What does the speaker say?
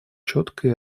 четкой